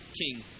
king